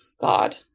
God